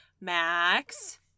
Max